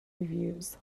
reviews